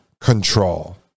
control